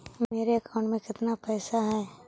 मेरे अकाउंट में केतना पैसा है?